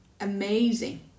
amazing